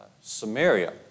Samaria